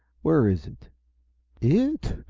where is it? it?